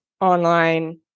online